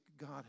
God